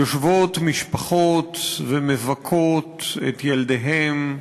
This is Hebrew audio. יושבות משפחות ומבכות את ילדיהן.